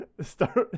start